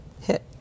hit